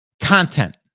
content